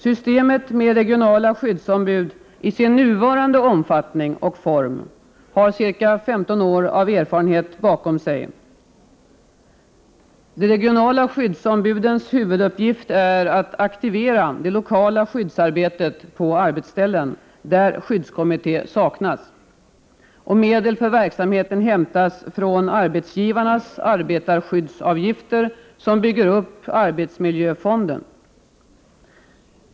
Systemet med regionala skyddsombud i dess nuvarande omfattning och form har ca 15 år av erfarenhet bakom sig. De regionala skyddsombudens huvuduppgift är att aktivera det lokala skyddsarbetet på arbetsställen där skyddskommitté saknas. Medel för verksamheten hämtas från arbetsgivarnas arbetarskyddsavgifter, som bygger upp arbetsmiljöfonden.